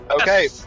Okay